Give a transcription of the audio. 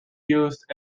used